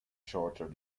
shorter